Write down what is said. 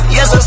Yes